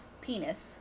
penis